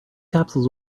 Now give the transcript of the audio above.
capsules